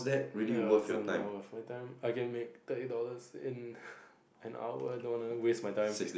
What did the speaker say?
ya I don't know for my time I can make the eight dollars in an hour don't want waste my time